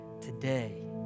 today